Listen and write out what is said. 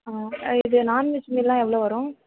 ஆ இது நான்வெஜ் மீல்லாம் எவ்வளோ வரும்